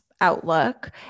outlook